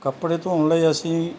ਕੱਪੜੇ ਧੋਣ ਲਈ ਅਸੀਂ